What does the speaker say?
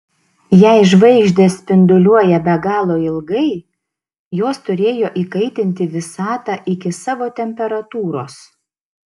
jei žvaigždės spinduliuoja be galo ilgai jos turėjo įkaitinti visatą iki savo temperatūros